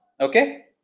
okay